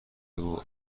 بگو